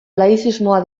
laizismoa